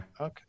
okay